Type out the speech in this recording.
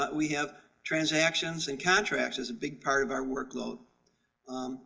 but we have transactions and contracts. is a big part of our workload.